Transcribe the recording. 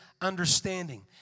understanding